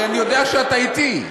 הרי אני יודע שאתה אתי.